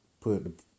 put